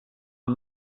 man